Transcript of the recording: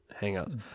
hangouts